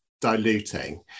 diluting